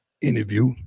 interview